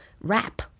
wrap